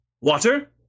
Water